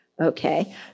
okay